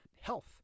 health